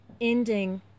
ending